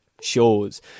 shows